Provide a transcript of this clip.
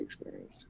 experience